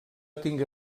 tingué